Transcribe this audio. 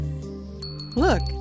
look